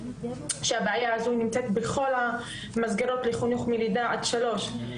הבעיה הזו נמצאת בכל המסגרות לחינוך מלידה עד שלוש.